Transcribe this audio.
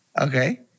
Okay